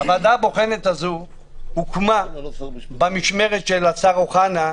הוועדה הבוחנת הזאת הוקמה במשמרת של השר אוחנה,